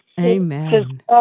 Amen